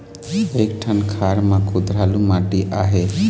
एक ठन खार म कुधरालू माटी आहे?